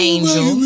Angel